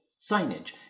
Signage